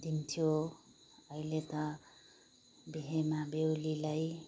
दिन्थ्यो अहिले त बिहेमा बेहुलीलाई